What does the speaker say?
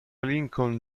lincoln